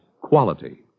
Quality